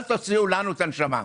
אל תוציאו לנו את הנשמה.